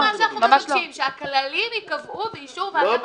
זה כל מה שאנחנו מבקשים - שהכללים ייקבעו באישור ועדת הכלכלה.